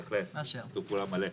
בהחלט, שיתוף פעולה מלא.